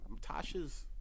Tasha's